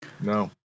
No